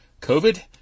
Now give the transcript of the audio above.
COVID